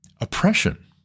oppression